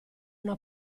una